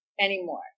anymore